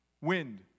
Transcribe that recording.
wind